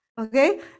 Okay